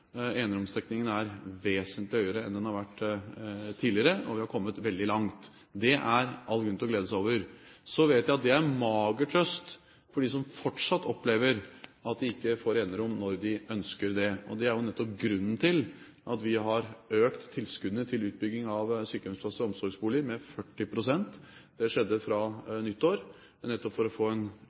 er vesentlig høyere enn den har vært tidligere, og vi har kommet veldig langt. Det er det all grunn til å glede seg over. Så vet jeg at det er en mager trøst for dem som fortsatt opplever at de ikke får enerom når de ønsker det, og det er jo nettopp grunnen til at vi har økt tilskuddene til utbygging av sykehjemsplasser og omsorgsboliger med 40 pst. Det skjedde fra nyttår, nettopp for å få en